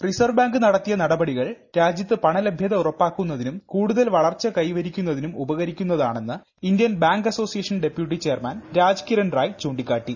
reserve Bank നടത്തിയ നടപടികൾ രാജ്യത്ത് പണലഭൃത ഉറപ്പാക്കുന്നതിനും കൂടുതൽ വളർച്ച കൈവരിക്കുന്നതിനും ഉപകരിക്കുന്നത് ആണെന്ന് Indian Bank Association deputy chairman Raj Kiran Rai ചൂണ്ടിക്കാട്ടി